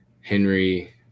Henry